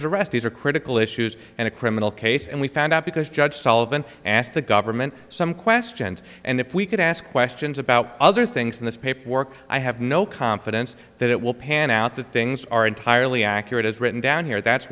his arrest these are critical issues in a criminal case and we found out because judge sullivan asked the government some questions and if we could ask questions about other things in this paperwork i have no confidence that it will pan out that things are entirely accurate as written down here that's